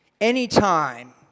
anytime